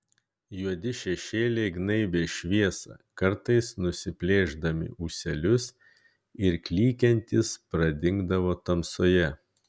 juodi šešėliai gnaibė šviesą kartais nusiplėšdami ūselius ir klykiantys pradingdavo tamsoje